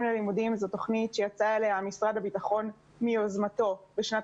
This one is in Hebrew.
ללימודים" היא תוכנית שיצא אליה משרד הביטחון מיוזמתו בשנת